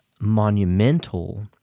monumental